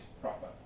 proper